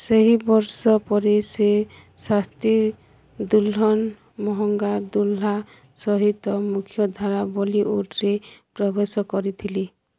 ସେହି ବର୍ଷ ପରେ ସେ ଶସ୍ତି ଦୁଲ୍ହନ ମହଙ୍ଗା ଦୁଲ୍ହା ସହିତ ମୁଖ୍ୟଧାରା ବଲିଉଡ଼୍ରେ ପ୍ରବେଶ କରିଥିଲେ